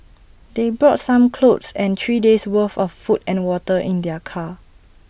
they brought some clothes and three days' worth of food and water in their car